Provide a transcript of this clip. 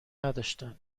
نداشتند